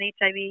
HIV